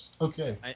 okay